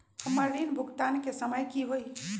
हमर ऋण भुगतान के समय कि होई?